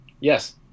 Yes